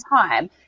time